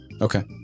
Okay